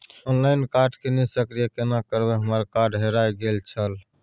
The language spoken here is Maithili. ऑनलाइन कार्ड के निष्क्रिय केना करबै हमर कार्ड हेराय गेल छल?